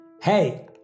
Hey